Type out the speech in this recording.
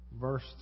Verse